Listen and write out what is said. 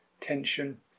tension